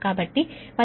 కాబట్టి 10